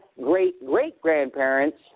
great-great-grandparents